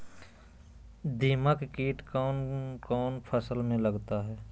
दीमक किट कौन कौन फसल में लगता है?